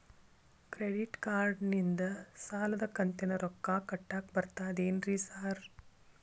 Credit ಕಾರ್ಡನಿಂದ ಸಾಲದ ಕಂತಿನ ರೊಕ್ಕಾ ಕಟ್ಟಾಕ್ ಬರ್ತಾದೇನ್ರಿ ಸಾರ್?